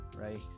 right